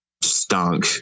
stunk